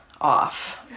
off